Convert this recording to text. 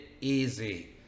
easy